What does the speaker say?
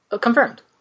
Confirmed